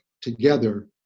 together